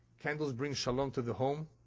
candles bring shalom to the home.